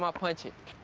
um punch it.